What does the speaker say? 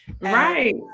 Right